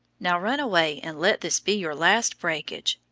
now run away, and let this be your last breakage.